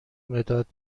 مداد